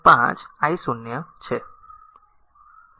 5 i 0 છે